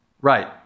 Right